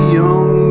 young